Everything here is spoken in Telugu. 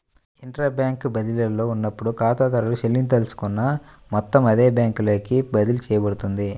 ఇంట్రా బ్యాంక్ బదిలీలో ఉన్నప్పుడు, ఖాతాదారుడు చెల్లించదలుచుకున్న మొత్తం అదే బ్యాంకులోకి బదిలీ చేయబడుతుంది